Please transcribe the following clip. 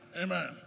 Amen